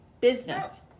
business